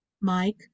Mike